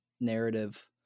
narrative